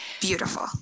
Beautiful